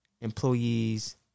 employees